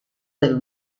del